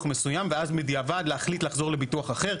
מסוים ואז בדיעבד להחליט לחזור לביטוח אחר.